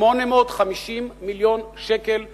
850 מיליון שקל בשלב,